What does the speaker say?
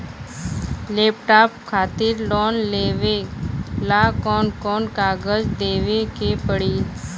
Laptop खातिर loan लेवे ला कौन कौन कागज देवे के पड़ी?